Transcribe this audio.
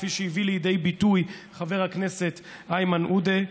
כפי שהביא לידי ביטוי חבר הכנסת איימן עודה.